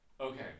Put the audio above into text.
Okay